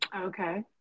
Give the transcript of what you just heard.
Okay